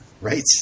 Right